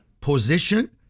position